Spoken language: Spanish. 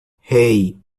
hey